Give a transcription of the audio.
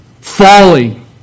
falling